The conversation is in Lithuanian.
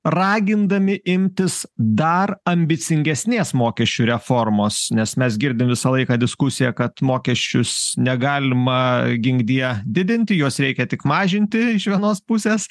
ragindami imtis dar ambicingesnės mokesčių reformos nes mes girdim visą laiką diskusiją kad mokesčius negalima ginkdie didinti juos reikia tik mažinti iš vienos pusės